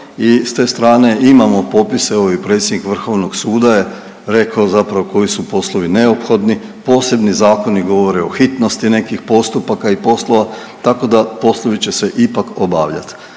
i s te strane imamo popis evo i predsjednik Vrhovnog suda rekao zapravo koji su poslovi neophodni, posebni zakoni govore o hitnosti nekih postupaka i poslova tako da poslovi će se ipak obavljat.